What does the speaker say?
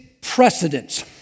precedence